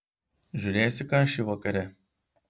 žiūrėsi kašį vakare